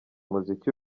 umuziki